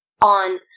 on